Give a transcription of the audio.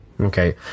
Okay